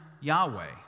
Yahweh